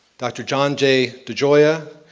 doctor john j. degioia,